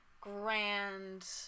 grand